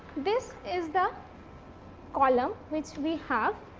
this is the column which we have.